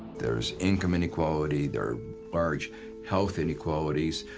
there's income inequality, there are large health inequalities,